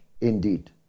indeed